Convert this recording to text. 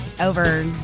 over